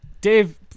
Dave